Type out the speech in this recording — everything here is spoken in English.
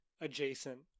adjacent